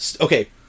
Okay